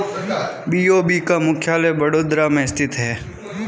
BOB का मुख्यालय बड़ोदरा में स्थित है